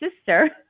sister